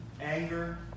Anger